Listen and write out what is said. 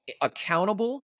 accountable